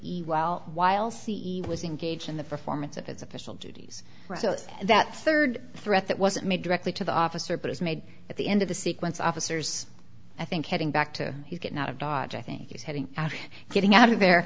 well while c e was engaged in the performance of his official duties that third threat that wasn't made directly to the officer but is made at the end of the sequence officers i think heading back to he's getting out of dodge i think he's heading out or getting out of there